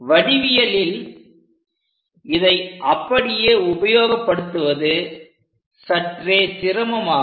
வடிவியலில் இதை அப்படியே உபயோகப்படுத்துவது சற்றே சிரமமாகும்